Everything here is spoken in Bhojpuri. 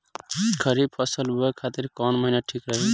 खरिफ फसल बोए खातिर कवन महीना ठीक रही?